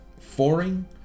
foreign